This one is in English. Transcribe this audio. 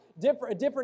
different